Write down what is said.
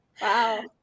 wow